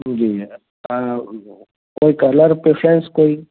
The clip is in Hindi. जी सर जी कोई कलर प्रिफ्रेंस कोई